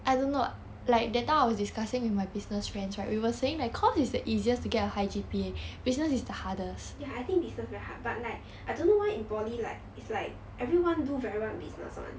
ya I think business very hard but like I don't know why in poly like it's like everyone do very well business [one]